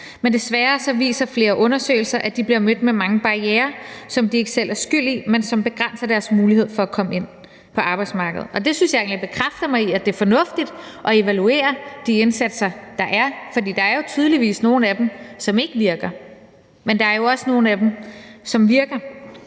men desværre viser flere undersøgelser, at de bliver mødt med mange barrierer, som de ikke selv er skyld i, men som begrænser deres mulighed for at komme ind på arbejdsmarkedet. Og det synes jeg egentlig bekræfter mig i, at det er fornuftigt at evaluere de indsatser, der er, for der er tydeligvis nogle af dem, som ikke virker, men der er jo også nogle af dem, som virker.